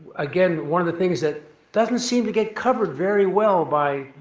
again one of the things that doesn't seem to get covered very well by,